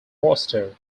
roster